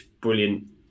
brilliant